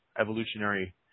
evolutionary